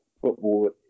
football